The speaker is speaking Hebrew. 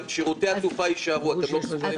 ששירותי התעופה יישארו אתם לא מסוגלים לתת את זה?